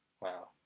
Wow